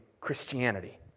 Christianity